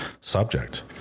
subject